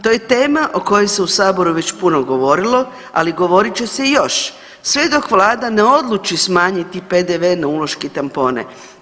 To je tema o kojoj se u saboru već puno govorilo, ali govorit će se još sve dok vlada ne odluči smanjiti PDV na uloške i tampone.